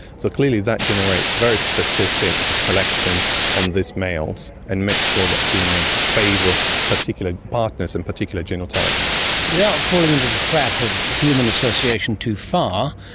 so clearly that generates very specific selection on these males and makes sure that females favour particular partners and particular genotypes. without falling into the trap of human association too far,